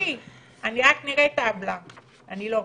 מלכיאלי, אני רק נראית אהבלה אני לא.